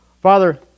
Father